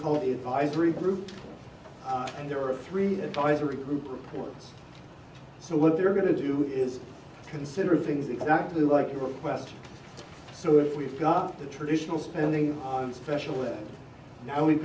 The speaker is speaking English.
called the advisory group and there are three advisory group reports so what they're going to do is consider things exactly like your request so if we've got the traditional spending on special ed you know we've